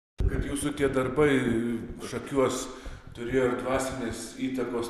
kad jūsų tie darbai šakiuos turėjo dvasinės įtakos